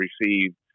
received